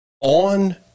on